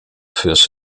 fürs